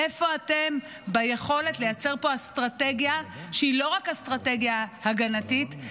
איפה אתם ביכולת לייצר פה אסטרטגיה שהיא לא רק אסטרטגיה הגנתית,